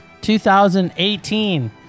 2018